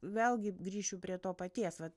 vėlgi grįšiu prie to paties vat